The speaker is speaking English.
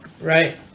Right